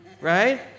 right